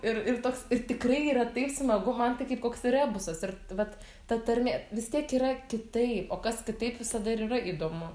ir ir toks ir tikrai yra taip smagu man tai kaip koks rebusas ir vat ta tarmė vis tiek yra kitai o kas kitaip visada ir yra įdomu